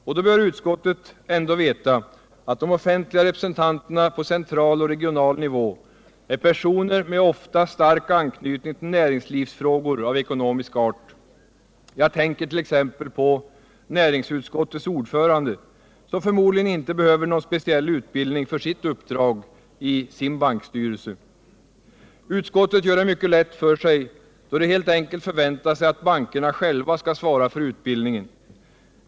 Och då bör utskottet ändå veta att de offentliga representanterna på central och regional nivå är personer med ofta stark anknytning till näringslivsfrågor av ekonomisk art. Jag tänker t.ex. på näringsutskottets ordförande, som förmodligen inte behöver någon speciell utbildning för sitt uppdrag i sin bankstyrelse. Utskottet gör det mycket lätt för sig då man helt enkelt förväntar sig att bankerna själva skall svara för utbildningen.